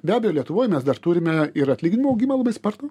be abejo lietuvoj mes dar turime ir atlyginimų augimą labai spartų